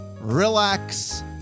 relax